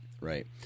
right